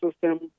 system